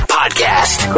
podcast